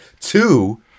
Two